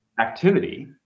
activity